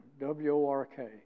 W-O-R-K